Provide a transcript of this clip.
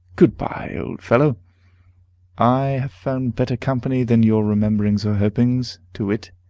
good-by, old fellow i have found better company than your rememberings or hopings to wit,